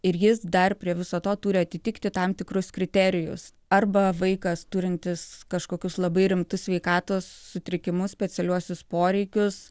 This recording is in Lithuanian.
ir jis dar prie viso to turi atitikti tam tikrus kriterijus arba vaikas turintis kažkokius labai rimtus sveikatos sutrikimus specialiuosius poreikius